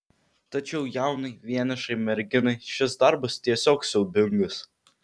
tačiau jaunai vienišai merginai šis darbas tiesiog siaubingas